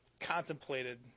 contemplated